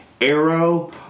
Arrow